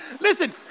Listen